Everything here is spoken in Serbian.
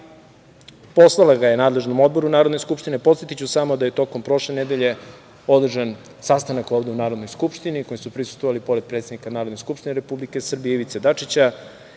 poslala ga je nadležnom odboru Narodne Skupštine. Podsetiću samo da je prošle nedelje održan sastanak ovde u Narodnoj Skupštini, kojem su prisustvovali pored predsednika Narodne Skupštine Republike Srbije, Ivice Dačića,